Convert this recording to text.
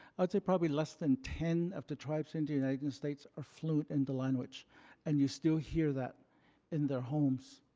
i'd say probably less than ten of the tribes in the united states are fluent in and the language and you still hear that in their homes.